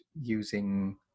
using